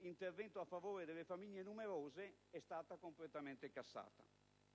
intervento a favore delle famiglie numerose è stata completamente cassata.